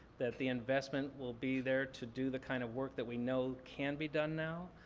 that the investment will be there to do the kind of work that we know can be done now.